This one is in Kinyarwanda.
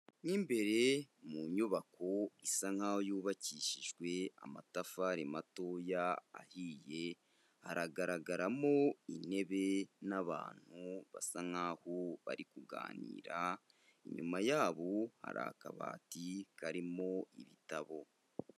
Mu imbere mu nyubako isa nkaho yubakishijwe amatafari matoya ahiye, haragaragaramo intebe n'abantu basa nkaho bari kuganira, inyuma yabo hari akabati karimo ibitabo.